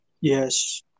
Yes